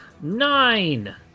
Nine